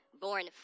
born